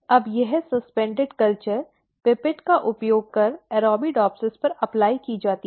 अब यह suspended culture pipette का उपयोग कर Arabidopsis पर अप्लाई की जाती है